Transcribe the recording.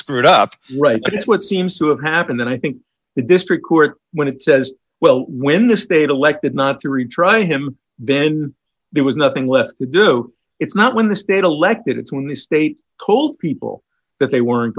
screwed up right it's what seems to have happened and i think the district court when it says well when the state elected not to retry him then there was nothing left to do it's not when the state elected it's when the state cold people but they weren't